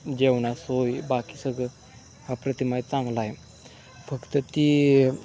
जेवणा सोय बाकी सगळं हा प्रतिमाय चांगलाय फक्त ती